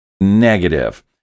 negative